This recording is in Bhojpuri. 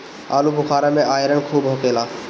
आलूबुखारा में आयरन खूब होखेला